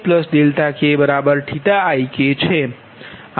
આ Yiksin ik Bikછે